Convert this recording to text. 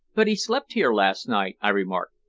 but he slept here last night, i remarked.